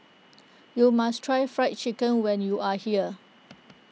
you must try Fried Chicken when you are here